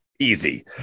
easy